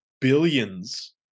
billions